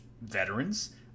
veterans